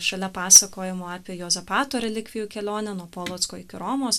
šalia pasakojimo apie juozapato relikvijų kelionę nuo polocko iki romos